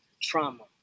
trauma